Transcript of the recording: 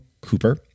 Cooper